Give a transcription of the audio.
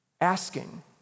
Asking